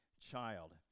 child